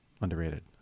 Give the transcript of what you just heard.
underrated